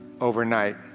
overnight